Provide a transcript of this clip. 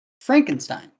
Frankenstein